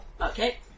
Okay